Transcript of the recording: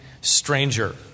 stranger